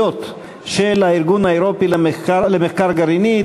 וחסינויות של הארגון האירופי למחקר גרעיני,